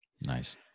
nice